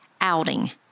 outing